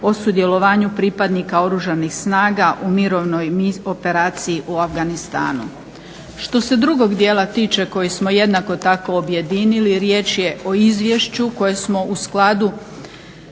o sudjelovanju pripadnika Oružanih snaga u mirovnoj operaciji u Afganistanu. Što se drugog dijela tiče koji smo jednako tako objedinili, riječ je o izvješću koje smo preuzeli